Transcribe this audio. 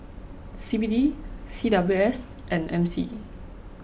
C B D C W S and M C